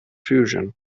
fusion